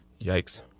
Yikes